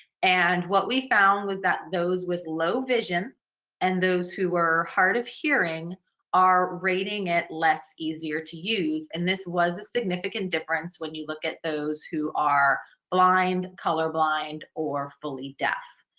and what we found was that those with low vision and those who were hard of hearing are rating it less easier to use, and this was a significant difference when you look at those who are blind, color blind, or fully deaf.